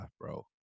bro